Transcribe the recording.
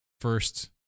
first